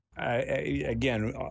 Again